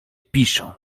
piszą